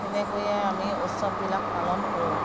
তেনেকৈয়ে আমি উৎসৱবিলাক পালন কৰোঁ